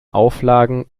auflagen